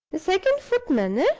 the second footman, ah?